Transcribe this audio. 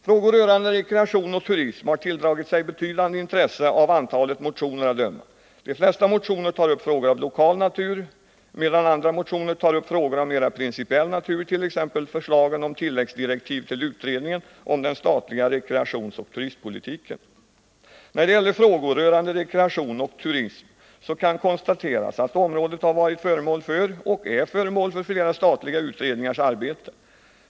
Frågor rörande rekreation och turism har tilldragit sig betydande intresse av antalet motioner att döma. De flesta motioner tar upp frågor av lokal natur, medan andra motioner tar upp frågor av mer principiell natur, t.ex. förslagen om tilläggsdirektiv till utredningen om den statliga rekreationsoch turistpolitiken. När det gäller frågor rörande rekreation och turism kan konstateras att området har varit — och är — föremål för flera statliga utredningars arbete.